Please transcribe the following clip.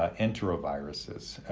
um enteroviruses.